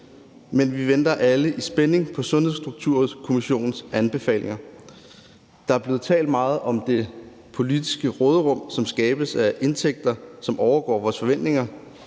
Men vi venter alle i spænding på Sundhedsstrukturkommissionens anbefalinger. Der er blevet talt meget om det økonomiske råderum, som skabes af indtægter, som overgår vores forventninger.